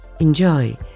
enjoy